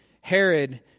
Herod